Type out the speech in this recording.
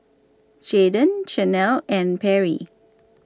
Jadon Chanelle and Perry